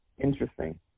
interesting